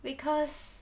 because